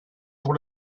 pour